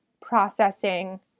processing